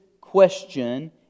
question